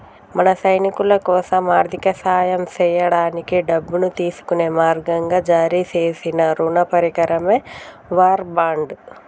మన సైనికులకోసం ఆర్థిక సాయం సేయడానికి డబ్బును తీసుకునే మార్గంగా జారీ సేసిన రుణ పరికరమే వార్ బాండ్